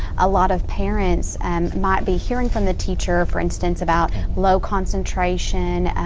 a lot of parents and might be hearing from the teacher, for instance, about low concentration,